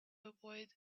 avoid